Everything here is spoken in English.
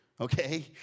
Okay